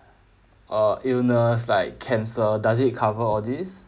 uh illness like cancer does it cover all this